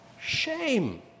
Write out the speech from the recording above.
shame